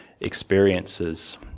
experiences